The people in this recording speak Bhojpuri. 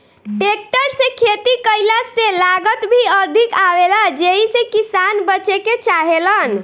टेकटर से खेती कईला से लागत भी अधिक आवेला जेइसे किसान बचे के चाहेलन